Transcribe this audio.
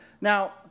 Now